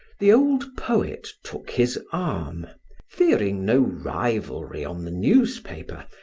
the old poet took his arm fearing no rivalry on the newspaper,